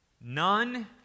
None